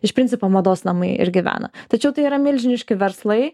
iš principo mados namai ir gyvena tačiau tai yra milžiniški verslai